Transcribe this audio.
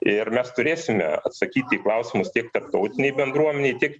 ir mes turėsime atsakyti į klausimus tiek tarptautinei bendruomenei tiek